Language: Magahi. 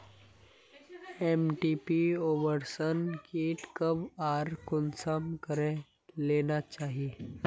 एम.टी.पी अबोर्शन कीट कब आर कुंसम करे लेना चही?